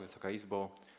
Wysoka Izbo!